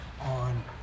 on